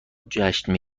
جشن